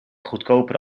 goedkopere